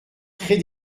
très